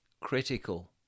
critical